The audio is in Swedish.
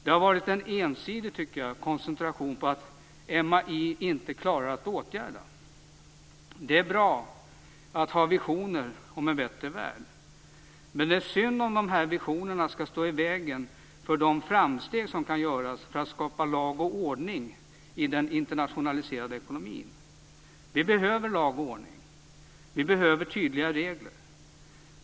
Det har varit en ensidig koncentration på att MAI inte klarar att åtgärda detta. Det är bra att ha visioner om en bättre värld, men det är synd om dessa visioner skall stå i vägen för de framsteg som kan göras för att skapa lag och ordning i den internationaliserade ekonomin. Vi behöver lag och ordning. Vi behöver tydliga regler.